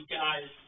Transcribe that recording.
guys